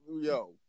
yo